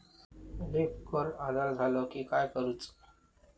Leaf curl आजार झालो की काय करूच?